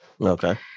Okay